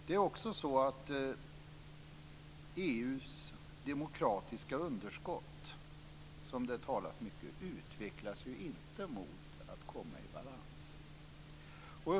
Det är också så att EU:s demokratiska underskott, som det talas mycket om, inte utvecklas mot att komma i balans.